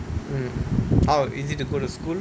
mm how easy to go to school